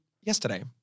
yesterday